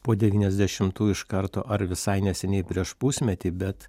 po devyniasdešimtų iš karto ar visai neseniai prieš pusmetį bet